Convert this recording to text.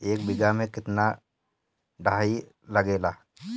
एक बिगहा में केतना डाई लागेला?